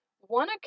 One